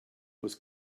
was